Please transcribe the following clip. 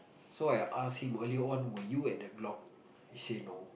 so I ask him earlier on were you at the block he say no